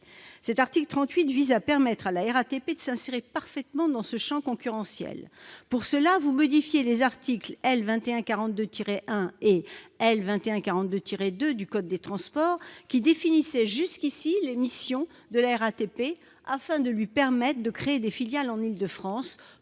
L'article 38 vise à permettre à la RATP de s'insérer parfaitement dans ce champ concurrentiel. Pour cela, vous modifiez les articles L. 2142-1 et L. 2142-2 du code des transports, qui définissaient jusqu'à présent les missions de la RATP. Il s'agit de lui permettre de créer des filiales en Île-de-France